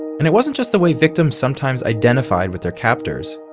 and it wasn't just the way victims sometimes identified with their captors.